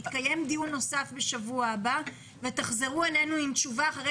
יתקיים דיון נוסף בשבוע הבא ואז תחזרו אלינו עם תשובה אחרי